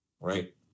right